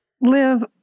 live